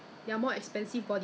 then 我就